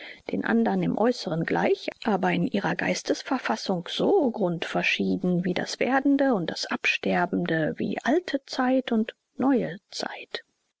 den andern im äußerlichen gleich aber in ihrer geistesverfassung so grundverschieden wie das werdende und das absterbende wie alte zeit und neue zeit